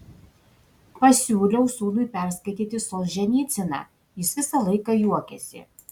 pasiūliau sūnui perskaityti solženicyną jis visą laiką juokėsi